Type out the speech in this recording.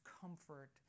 comfort